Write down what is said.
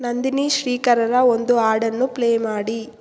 ನಂದಿನೀ ಶ್ರೀಕರರ ಒಂದು ಹಾಡನ್ನು ಪ್ಲೇ ಮಾಡಿ